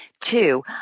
Two